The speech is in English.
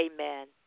amen